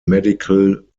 medical